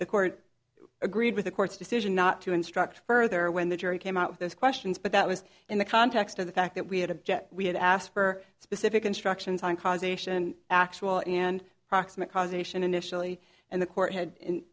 the court agreed with the court's decision not to instruct further when the jury came out with those questions but that was in the context of the fact that we had object we had asked for specific instructions on causation actual and proximate cause ation initially and the court had